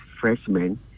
freshmen